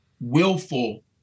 willful